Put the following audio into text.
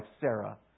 Sarah